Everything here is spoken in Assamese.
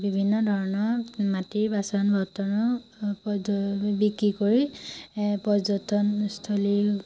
বিভিন্ন ধৰণৰ মাটিৰ বাচন বৰ্তনো পৰ্য বিক্ৰী কৰি এ পৰ্যটনস্থলী